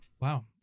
Wow